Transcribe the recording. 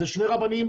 אלו שני רבנים.